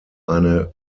eine